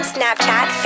Snapchat